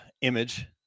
image